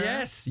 Yes